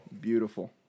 Beautiful